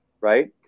right